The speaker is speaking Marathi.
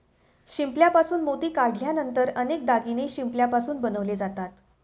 शिंपल्यापासून मोती काढल्यानंतर अनेक दागिने शिंपल्यापासून बनवले जातात